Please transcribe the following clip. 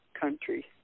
country